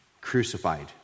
crucified